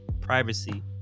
privacy